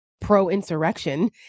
pro-insurrection